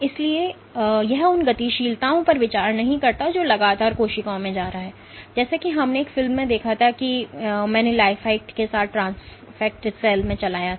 इसलिए यह उन गतिशीलताओं पर विचार नहीं करता है जो लगातार कोशिकाओं में जा रहा है जैसा कि हमने एक फिल्म में देखा था जिसे मैंने लाइफएक्ट के साथ ट्रांसफ़ेक्ट सेल में चलाया था